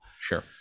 Sure